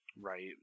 right